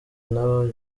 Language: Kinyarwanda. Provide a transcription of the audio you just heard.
n’aba